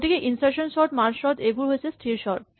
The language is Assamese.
গতিকে ইনচাৰ্চন চৰ্ট মাৰ্জ চৰ্ট এইবোৰ হৈছে স্হিৰ চৰ্ট